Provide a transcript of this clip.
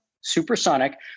Supersonic